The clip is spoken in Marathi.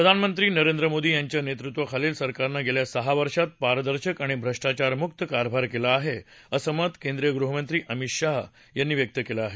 प्रधानमंत्री नरेंद्र मोदी यांच्या नेतृत्वाखालील सरकारनं गेल्या सहा वर्षात पारदर्शक आणि भ्रष्टाचार मुक्त कारभार केला आहे असं मत केंद्रिय गृहमंत्री अमित शाह यांनी व्यक्त केलं आहे